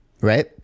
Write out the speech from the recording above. right